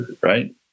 right